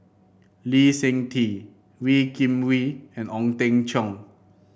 Lee Seng Tee Wee Kim Wee and Ong Teng Cheong